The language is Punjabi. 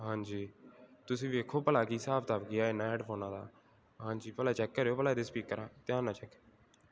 ਹਾਂਜੀ ਤੁਸੀਂ ਵੇਖੋ ਭਲਾ ਕੀ ਹਿਸਾਬ ਕਿਤਾਬ ਕੀ ਆ ਇਹਨਾਂ ਹੈਡਫੋਨਾਂ ਦਾ ਹਾਂਜੀ ਭਲਾ ਚੈੱਕ ਕਰਿਓ ਭਲਾ ਇਹਦੇ ਸਪੀਕਰ ਧਿਆਨ ਨਾਲ ਚੈੱਕ